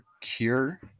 cure